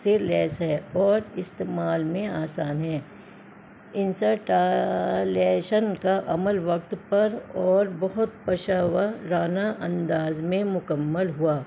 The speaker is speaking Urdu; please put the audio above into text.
سے لیس ہے اور استعمال میں آسان ہے انسرٹالیشن کا عمل وقت پر اور بہت پشہ ورانہ انداز میں مکمل ہوا